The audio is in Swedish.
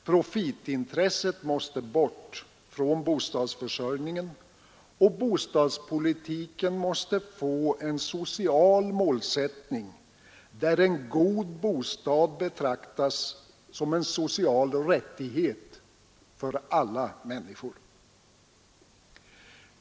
Profitintresset måste bort från bostadsförsörjningen, och bostadspolitiken måste få en social målsättning, där en god bostad betraktas som en social rättighet för alla människor.